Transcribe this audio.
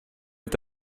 est